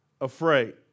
afraid